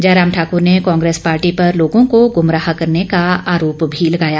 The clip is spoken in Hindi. जयराम ठाकुर ने कांग्रेस पार्टी पर लोगों को गुमराह करने का आरोप भी लगाया